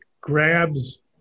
grabs